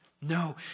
No